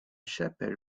chapelle